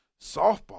softball